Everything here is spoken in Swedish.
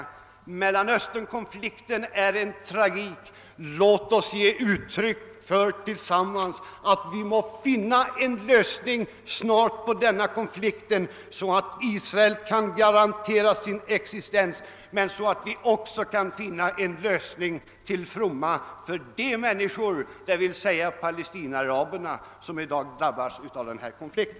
Mellanösternkonflikten är tragisk. Låt oss tillsamman ge uttryck för en förhoppning om att man snart kan finna en lösning på denna konflikt så att Israel kan få sin existens garanterad. Vi hoppas också att en lösning skall bli till fromma för de människor, d.v.s. palestinaaraberna, som i dag är drabhade av denna konflikt.